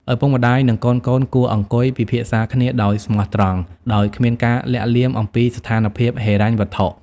ឪពុកម្ដាយ និងកូនៗគួរអង្គុយពិភាក្សាគ្នាដោយស្មោះត្រង់ ដោយគ្មានការលាក់លៀមអំពីស្ថានភាពហិរញ្ញវត្ថុ។